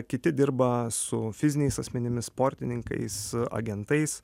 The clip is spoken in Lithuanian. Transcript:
kiti dirba su fiziniais asmenimis sportininkais agentais